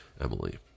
Emily